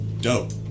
dope